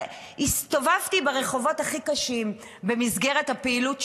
הסתובבתי ברחובות הכי קשים במסגרת הפעילות שלי,